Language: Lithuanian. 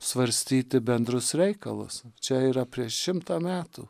svarstyti bendrus reikalus čia yra prieš šimtą metų